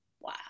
Wow